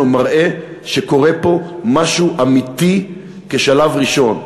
מראה שקורה פה משהו אמיתי כשלב ראשון.